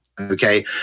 okay